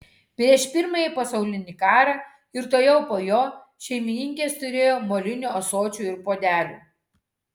prieš pirmąjį pasaulinį karą ir tuojau po jo šeimininkės turėjo molinių ąsočių ir puodelių